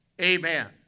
Amen